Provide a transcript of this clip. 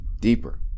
deeper